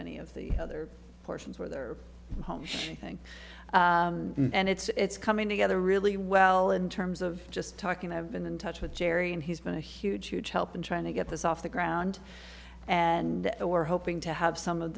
any of the other portions where they're home i think and it's coming together really well in terms of just talking i've been in touch with jerry and he's been a huge huge help in trying to get this off the ground and we're hoping to have some of